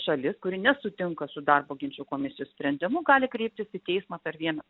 šalis kuri nesutinka su darbo ginčų komisijos sprendimu gali kreiptis į teismą per vieną